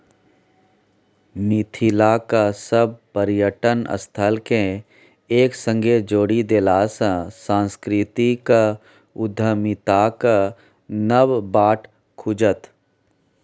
मिथिलाक सभ पर्यटन स्थलकेँ एक संगे जोड़ि देलासँ सांस्कृतिक उद्यमिताक नब बाट खुजत